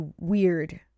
weird